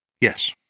Yes